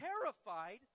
terrified